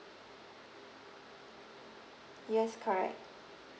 yes correct